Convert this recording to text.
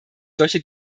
solche